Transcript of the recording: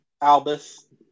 Albus